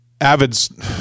Avid's